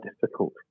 difficult